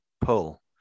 pull